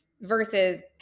versus